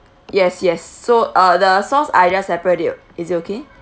yes yes so uh the sauce I just separate it is it okay